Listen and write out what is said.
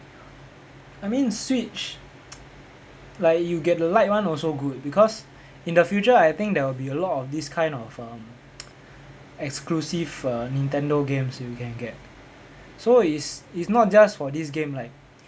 I mean switch like you get the lite one also good because in the future I think there will be a lot of this kind of um exclusive uh nintendo games you can get so it's it's not just for this game like